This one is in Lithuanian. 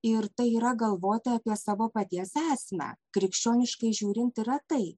ir tai yra galvoti apie savo paties esmę krikščioniškai žiūrint yra tai